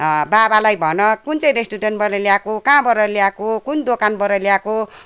बाबालाई भन कुन चाहिँ रेस्टुरेन्टबाट ल्याएको कहाँबाट ल्याएको कुन दोकानबाट ल्याएको